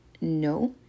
No